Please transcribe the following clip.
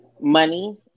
Money